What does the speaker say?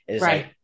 Right